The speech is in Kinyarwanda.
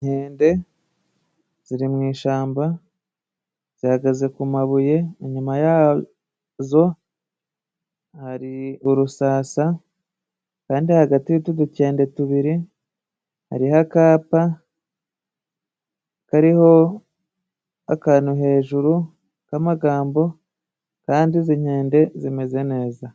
Inkende ziri mu ishyamba zihagaze ku mabuye, inyuma yazo hari urusasa kandi hagati y'utu dukende tubiri, hariho akapa kariho akantu hejuru k'amagambo, kandi izi nkende zimeze neza.